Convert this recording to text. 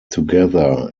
together